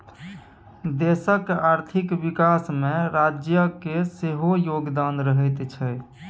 देशक आर्थिक विकासमे राज्यक सेहो योगदान रहैत छै